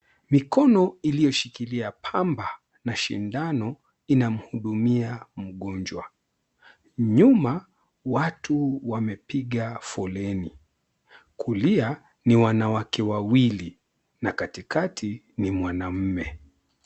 Mikono iliyoshikilia pamba na sindano inamhudumia mgonjwa. Nyuma watu wamepiga foleni, kulia ni wanawake wawili, na katikati ni mwanaume.